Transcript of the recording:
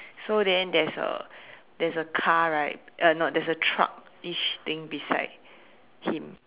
so then there's a there's a car right uh no there's a truckish thing beside him